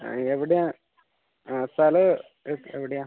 എവിടെയാണ് സ്ഥലം എവിടെയാണ്